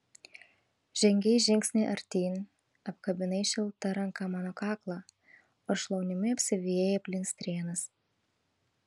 žengei žingsnį artyn apkabinai šilta ranka mano kaklą o šlaunimi apsivijai aplink strėnas